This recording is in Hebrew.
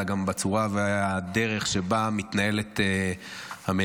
אלא גם בצורה ובדרך שבה מתנהלת המליאה